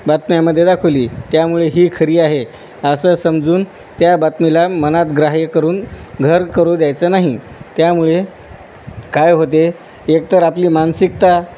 बातम्यामध्ये दाखवली त्यामुळे ही खरी आहे असं समजून त्या बातमीला मनात ग्राह्य करून घर करू द्यायचं नाही त्यामुळे काय होते एकतर आपली मानसिकता